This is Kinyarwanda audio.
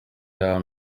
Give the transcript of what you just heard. iya